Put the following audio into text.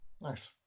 Nice